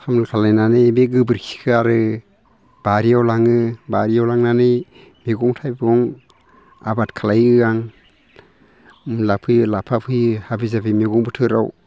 सामोल खालामनानै बे गोबोरखिखो आरो बारियाव लाङो बारियाव लांनानै मैगं थाइगं आबाद खालामो आं मुला फोयो लाफा फोयो हाबि जाबि मैगं बोथोराव